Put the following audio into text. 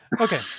Okay